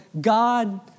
God